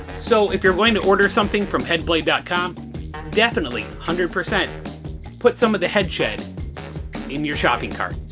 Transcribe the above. so if you're going to order something from headblade dot com definitely one hundred percent put some of the head shed in your shopping cart.